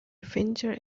venture